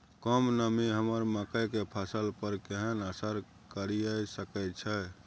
कम नमी हमर मकई के फसल पर केहन असर करिये सकै छै?